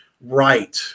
right